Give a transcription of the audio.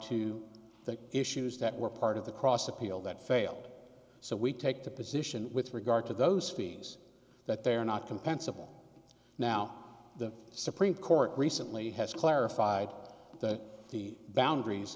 to the issues that were part of the cross appeal that failed so we take the position with regard to those fees that they're not compensable now the supreme court recently has clarified that the boundaries